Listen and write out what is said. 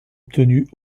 obtenu